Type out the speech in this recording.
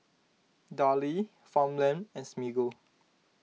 Darlie Farmland and Smiggle